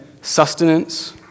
sustenance